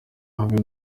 harvey